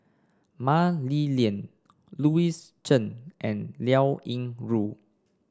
Mah Li Lian Louis Chen and Liao Yingru